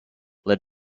led